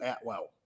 Atwell